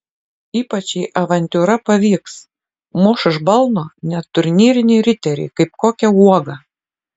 ypač jei avantiūra pavyks muš iš balno net turnyrinį riterį kaip kokią uogą